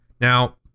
Now